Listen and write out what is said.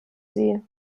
sie